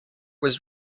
was